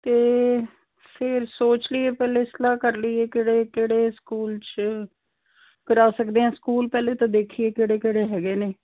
ਅਤੇ ਫਿਰ ਸੋਚ ਲਈਏ ਪਹਿਲਾਂ ਸਲਾਹ ਕਰ ਲਈਏ ਕਿਹੜੇ ਕਿਹੜੇ ਸਕੂਲ 'ਚ ਕਰਵਾ ਸਕਦੇ ਹਾਂ ਸਕੂਲ ਪਹਿਲਾਂ ਤਾਂ ਦੇਖੀਏ ਕਿਹੜੇ ਕਿਹੜੇ ਹੈਗੇ ਨੇ